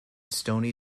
stony